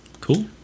Cool